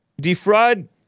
defraud